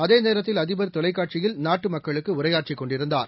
அந்தநோத்தில் அதிபர் தொலைக்காட்சியில் நாட்டுமக்களுக்குஉரையாற்றிக் கொண்டிருந்தார்